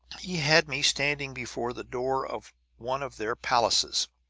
he had me standing before the door of one of their palaces.